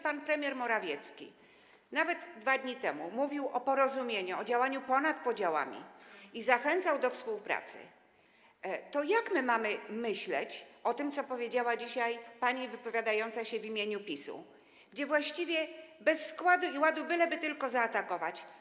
Pan premier Morawiecki nawet 2 dni temu mówił o porozumieniu, o działaniu ponad podziałami i zachęcał do współpracy, więc co mamy myśleć o tym, co powiedziała dzisiaj pani wypowiadająca się w imieniu PiS-u, właściwie bez składu i ładu, byle tylko zaatakować?